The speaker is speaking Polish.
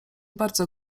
bardzo